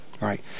right